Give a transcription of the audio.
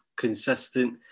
consistent